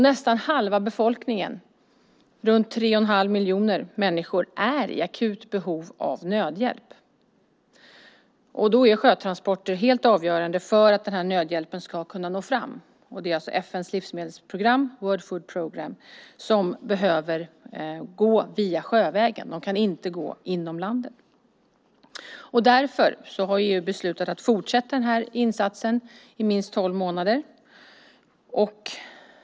Nästan halva befolkningen, runt 3,5 miljoner människor, är i akut behov av nödhjälp. Då är sjötransporter helt avgörande för att nödhjälpen ska kunna nå fram. Det är alltså FN:s livsmedelsprogram, World Food Programme, som behöver gå sjövägen; man kan inte gå inom landet. Därför har EU beslutat att fortsätta den här insatsen i minst tolv månader.